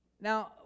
Now